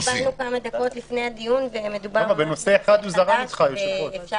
אתה